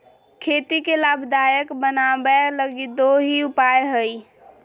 खेती के लाभदायक बनाबैय लगी दो ही उपाय हइ